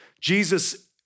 Jesus